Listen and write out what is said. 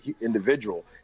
individual